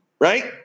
right